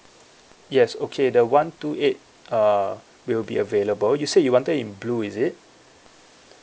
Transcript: yes okay the one two eight uh will be available you say you wanted in blue is it